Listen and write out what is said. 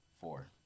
Four